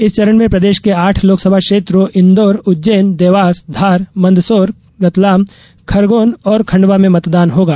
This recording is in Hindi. इस चरण में प्रदेश के आठ लोकसभा क्षेत्रों इंदौर उज्जैन देवास धार मंदसौर रतलाम खरगौन और खण्डवा में मतदान होगा